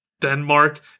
Denmark